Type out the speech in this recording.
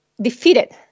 defeated